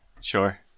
Sure